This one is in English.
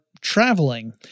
traveling